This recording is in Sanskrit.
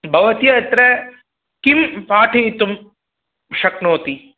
भवति अत्र किं पाठयितुं शक्नोति